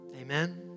Amen